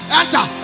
enter